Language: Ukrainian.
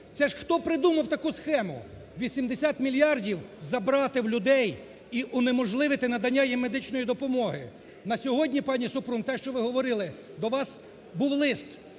Це ж хто придумав таку схему, 80 мільярдів забрати в людей і унеможливити надання їм медичної допомоги. На сьогодні, пані Супрун, те, що ви говорили, до вас був лист